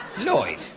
Lloyd